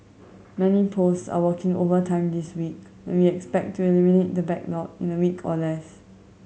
many post are working overtime this week and we expect to eliminate the backlog in a week or less